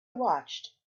watched